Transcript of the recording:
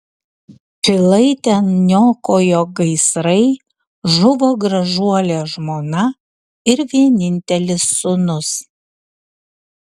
pilaitę niokojo gaisrai žuvo gražuolė žmona ir vienintelis sūnus